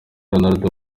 ronaldo